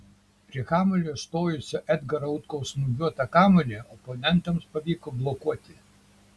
prie kamuolio stojusio edgaro utkaus smūgiuotą kamuolį oponentams pavyko blokuoti